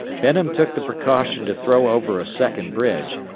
benham took the precaution to throw over a second bridge,